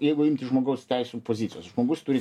jeigu imtis žmogaus teisių pozicijos žmogus turi